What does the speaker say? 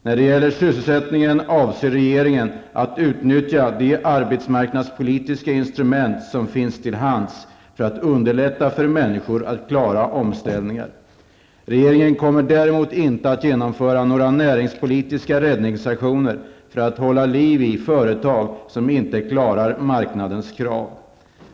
När det gäller sysselsättningen, avser regeringen att utnyttja de arbetsmarknadspolitiska instrument som finns till hands för att underlätta för människor att klara omställningar. Regeringen kommer däremot inte att genomföra några näringspolitiska räddningsaktioner för att hålla liv i företag som inte klarar marknadens krav.